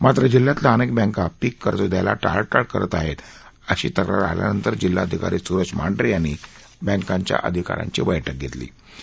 मात्र जिल्ह्यातल्या अनेक बँका पीक कर्ज द्यायाल टाळाटाळ करत आहेत अशी तक्रार आल्यानंतर जिल्हाधिकारी सूरज मांढरे यांनी बँकांच्या अधिकाऱ्यांची बैठक घेतली होती